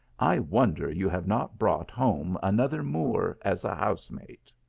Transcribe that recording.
i wonder you have not brought home another moor as a housemate.